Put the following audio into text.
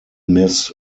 miss